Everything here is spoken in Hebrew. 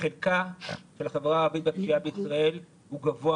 חלקה של החברה הערבית בפשיעה בישראל הוא גבוה